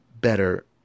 better